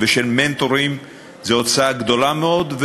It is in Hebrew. ושל מנטורים זו הוצאה גדולה מאוד.